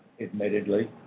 admittedly